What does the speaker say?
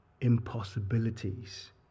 impossibilities